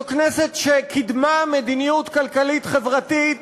זו כנסת שקידמה מדיניות כלכלית-חברתית